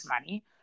money